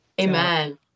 Amen